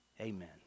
Amen